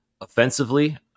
Offensively